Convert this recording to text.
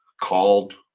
called